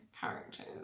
characters